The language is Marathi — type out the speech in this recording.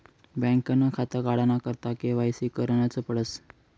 बँकनं खातं काढाना करता के.वाय.सी करनच पडस